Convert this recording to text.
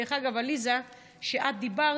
דרך אגב, עליזה, כשאת דיברת,